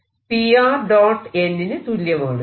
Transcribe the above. n ന് തുല്യമാണ്